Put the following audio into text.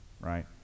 right